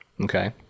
Okay